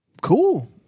Cool